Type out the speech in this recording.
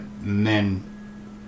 men